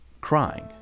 crying